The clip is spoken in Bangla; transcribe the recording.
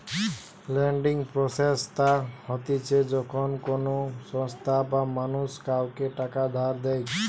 লেন্ডিং প্রসেস তা হতিছে যখন কোনো সংস্থা বা মানুষ কাওকে টাকা ধার দেয়